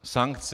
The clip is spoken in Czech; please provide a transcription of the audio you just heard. Sankce.